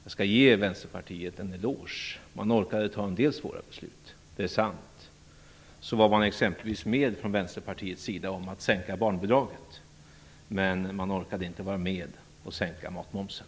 Vi skall ge Vänsterpartiet en eloge. Man orkade fatta en del svåra beslut, det är sant. Så var man exempelvis med från Vänsterpartiets sida om att sänka barnbidraget. Men man orkade inte vara med och sänka matmomsen.